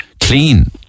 clean